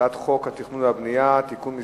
הצעת חוק התכנון והבנייה (תיקון מס'